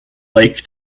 lake